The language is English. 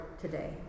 today